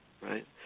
right